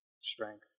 strength